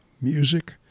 music